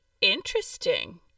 interesting